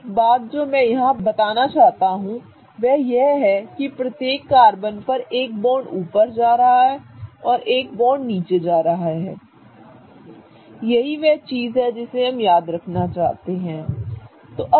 एक बात जो मैं यहां बताना चाहता हूं वह यह है कि प्रत्येक कार्बन पर एक बॉन्ड ऊपर जा रहा है और एक बॉन्ड नीचे जा रहा है यही वह चीज है जिसे हम याद रखना चाहते हैं ठीक है